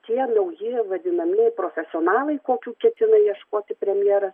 tie nauji vadinamieji profesionalai kokių ketina ieškoti premjeras